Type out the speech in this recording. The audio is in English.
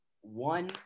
one